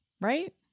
right